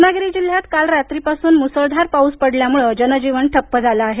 रत्नागिरी जिल्ह्यात काल रात्रीपासून मुसळधार पाऊस पडल्यामुळं जनजीवन ठप्प झालं आहे